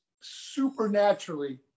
supernaturally